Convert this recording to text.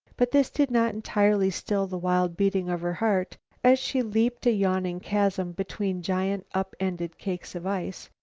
but this did not entirely still the wild beating of her heart as she leaped a yawning chasm between giant up-ended cakes of ice,